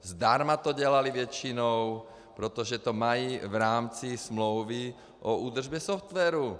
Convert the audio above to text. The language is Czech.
Zdarma to dělali většinou, protože to mají v rámci smlouvy o údržbě softwaru.